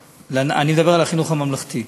אני מדבר על החינוך הממלכתי.